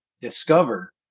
discover